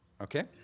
Okay